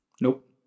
Nope